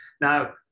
Now